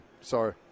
Sorry